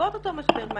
בעקבות אותו משבר מים.